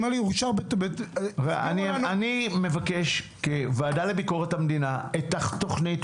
אני מבקש את התוכנית,